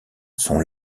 sont